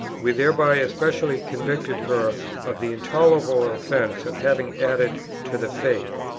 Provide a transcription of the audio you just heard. we thereby especially convicted her of the intolerable offence of having added to the faith.